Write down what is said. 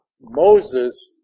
Moses